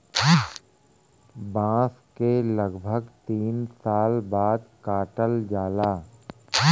बांस के लगभग तीन साल बाद काटल जाला